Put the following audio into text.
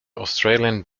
australian